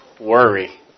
worry